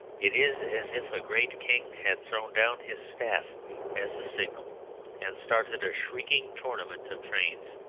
it is as if a great king had thrown down his staff as a signal and started a shrieking tournament of trains.